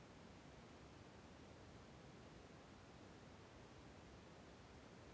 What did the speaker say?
ಭಾರತದಲ್ಲಿ ಎಷ್ಟು ಬಗೆಯ ಭತ್ತದ ತಳಿಗಳನ್ನು ಬೆಳೆಯುತ್ತಾರೆ?